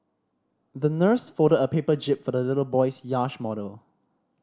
the nurse folded a paper jib for the little boy's yacht model